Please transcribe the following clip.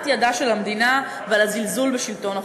ידה של המדינה ועל הזלזול בשלטון החוק.